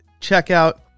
checkout